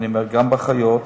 ואני אומר שגם לגבי אחיות,